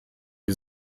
die